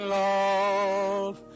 love